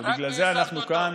בגלל זה אנחנו כאן,